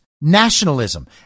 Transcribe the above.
Nationalism